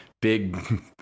big